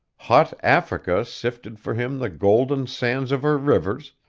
hot africa sifted for him the golden sands of her rivers,